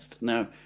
now